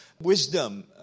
wisdom